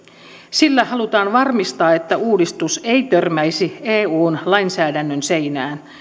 sillä halutaan varmistaa että uudistus ei törmäisi eun lainsäädännön seinään